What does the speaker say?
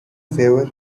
favor